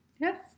Yes